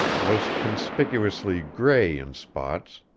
was conspicuously gray in spots,